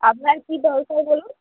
আপনার কী দরকার বলুন